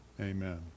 Amen